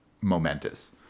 momentous